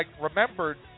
remembered